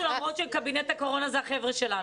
למרות שקבינט הקורונה זה החבר'ה שלנו.